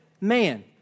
man